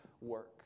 work